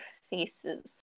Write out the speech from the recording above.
faces